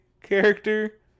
character